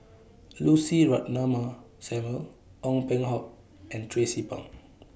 Lucy Ratnammah Samuel Ong Peng Hock and Tracie Pang